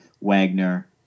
Wagner